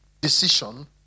decision